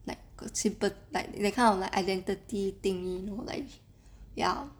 like got simple like that kind of identity thingy you know like ya